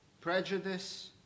prejudice